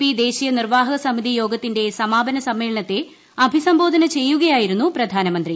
P ദേശീയ നിർവാഹക സമിതി യോഗത്തിന്റെ സമാപന സമ്മേളനത്തെ അഭിസംബോധന ചെയ്യുകയായിരുന്നു പ്രധാനമന്ത്രി